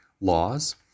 laws